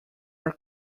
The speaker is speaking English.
are